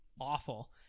awful